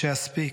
שאספיק.